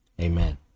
amen